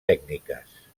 tècniques